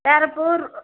வேறு பூ